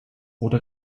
oder